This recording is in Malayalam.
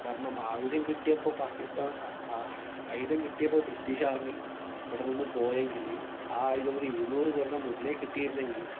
കാരണം ആയുധം കിട്ടിയപ്പോൾ പാക്കിസ്താൻ ആയുധം കിട്ടിയപ്പോൾ ബ്രിട്ടീഷ് ആർമി ഇവിടെ നിന്ന് പോയെങ്കിൽ ആ ആയുധം ഒരു ഇരുനൂറ് കൊല്ലം മുന്നേ കിട്ടിയിരുന്നെങ്കിൽ